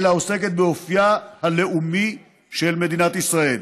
אלא עוסקת באופייה הלאומי של מדינת ישראל.